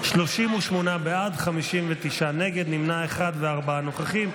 38 בעד, 59 נגד, נמנע אחד וארבעה נוכחים.